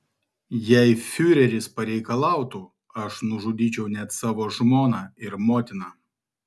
jei fiureris pareikalautų aš nužudyčiau net savo žmoną ir motiną